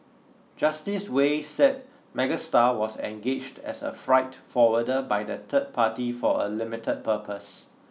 justice Wei said Megastar was engaged as a freight forwarder by the third party for a limited purpose